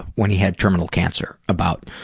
when he had terminal cancer about,